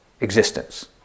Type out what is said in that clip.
existence